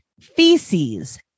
feces